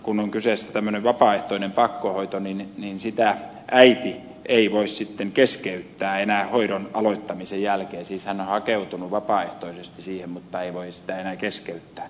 kun on kyseessä tämmöinen vapaaehtoinen pakkohoito niin sitä äiti ei voi sitten keskeyttää enää hoidon aloittamisen jälkeen siis hän on hakeutunut vapaaehtoisesti siihen mutta ei voi sitä enää keskeyttää